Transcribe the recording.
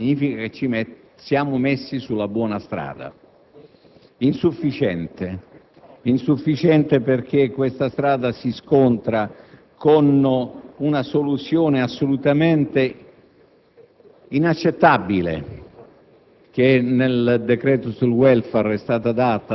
L'avere avviato una timida redistribuzione significa che ci siamo messi sulla buona strada. Insufficiente, perché questa strada si scontra con una soluzione assolutamente